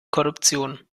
korruption